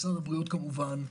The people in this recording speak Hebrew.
משרד הבריאות כמובן,